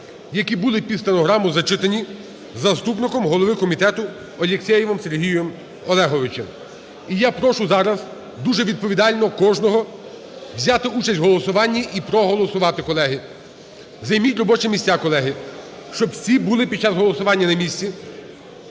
які були під стенограму зачитані заступником голови комітету Алєксєєвим Сергієм Олеговичем. І я прошу зараз дуже відповідально кожного взяти участь в голосуванні і проголосувати, колеги. Займіть робочі місця, колеги, щоб всі були під час голосування на місці.